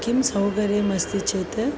किं सौकर्यमस्ति चेत्